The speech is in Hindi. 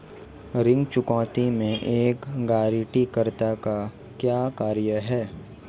ऋण चुकौती में एक गारंटीकर्ता का क्या कार्य है?